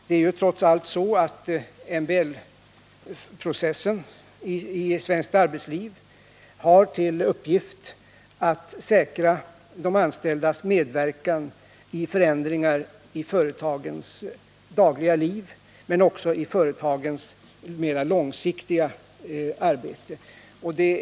Det är ju trots allt så, att MBL-processen i svenskt arbetsliv har till uppgift att säkra de anställdas medverkan inte bara i förändringar av företagens dagliga verksamhet utan oi i företagens mera långsiktiga arbete.